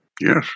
Yes